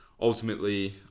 ultimately